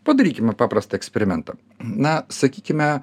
padarykime paprastą eksperimentą na sakykime